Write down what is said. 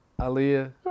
Aaliyah